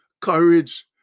courage